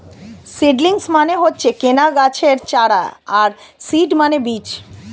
seedlings মানে হচ্ছে কোনো গাছের চারা আর সিড মানে বীজ